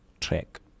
track